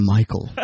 Michael